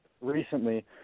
recently